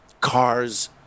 cars